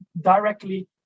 directly